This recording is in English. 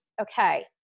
okay